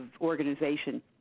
organization